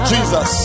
Jesus